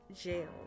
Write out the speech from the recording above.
jail